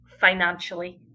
financially